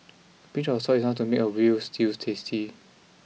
pinch of salt is enough to make a veal stew tasty